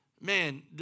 man